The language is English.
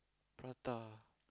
prata